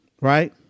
right